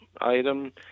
item